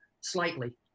slightly